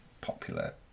popular